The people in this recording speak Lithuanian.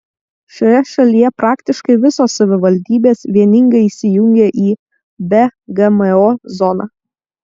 šioje šalyje praktiškai visos savivaldybės vieningai įsijungė į be gmo zoną